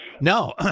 No